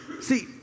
see